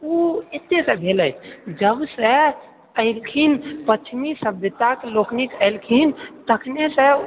ओ एते तऽ भेलै जबसँ ऐलखिन पश्चिमी सभ्यताके लोकनिक एलखिन तखनेसँ